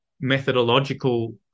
methodological